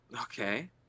Okay